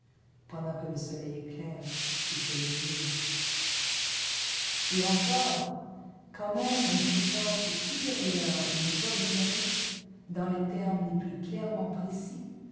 pendant que le soleil éclaire si c'est le jour et encore quand même une puissance supérieure nous ordonnerait dans les termes le plus clairement précis